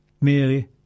Mary